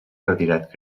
retirat